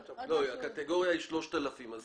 הקטגוריה היא 3,000 איש.